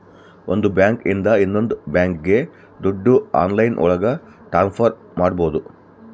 ಒಂದ್ ಬ್ಯಾಂಕ್ ಇಂದ ಇನ್ನೊಂದ್ ಬ್ಯಾಂಕ್ಗೆ ದುಡ್ಡು ಆನ್ಲೈನ್ ಒಳಗ ಟ್ರಾನ್ಸ್ಫರ್ ಮಾಡ್ಬೋದು